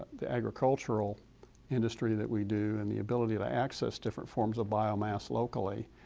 the agricultural industry that we do, and the ability to access different forms of biomass locally,